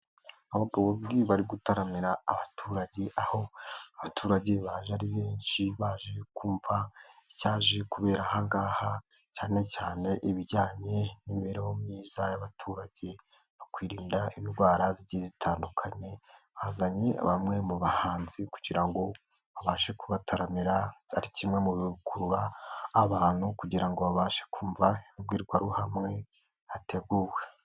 Bbagabombi bari gutaramira abaturage, aho abaturage baje ari benshi baje kumva icyaje kubera ahangaha, cyane cyane ibijyanye n'imibereho myiza y'abaturage no kwirinda indwara zitandukanye, bazanye bamwe mu bahanzi kugira ngo babashe kubataramira, ari kimwe mu bikurura abantu kugira ngo babashe kumva imbwirwaruhame yateguwe.